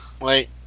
wait